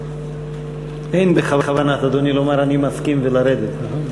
אין בכוונת אדוני לומר, אני מסכים, ולרדת, נכון?